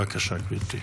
בבקשה, גברתי.